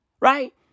Right